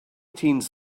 teens